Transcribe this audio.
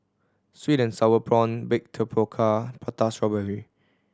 sweet and sour prawn baked tapioca Prata Strawberry